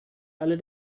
alle